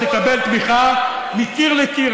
אתה תקבל תמיכה מקיר לקיר,